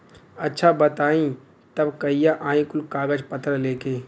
अच्छा बताई तब कहिया आई कुल कागज पतर लेके?